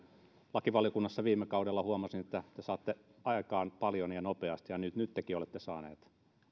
lakivaliokunnassa viime kaudella huomasin että te saatte aikaan paljon ja nopeasti ja nyttenkin olette saanut